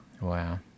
Wow